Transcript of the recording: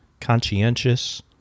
conscientious